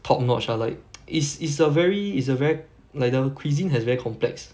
top notch ah like it's it's a very it's a ver~ like the cuisine has very complex